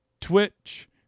Twitch